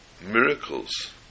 miracles